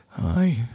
Aye